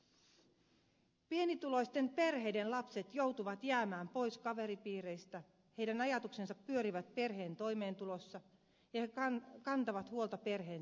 pienituloisten perheiden lapset joutuvat jäämään pois kaveripiireistä heidän ajatuksensa pyörivät perheen toimeentulossa ja he kantavat huolta perheen selviytymisestä